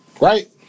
right